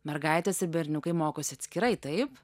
mergaitės ir berniukai mokosi atskirai taip